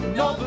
no